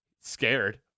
scared